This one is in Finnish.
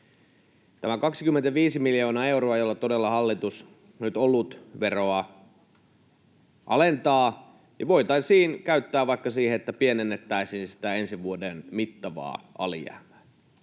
Tämä 25 miljoonaa euroa, jolla todella hallitus nyt olutveroa alentaa, voitaisiin käyttää vaikka siihen, että pienennettäisiin sitä ensi vuoden mittavaa alijäämää.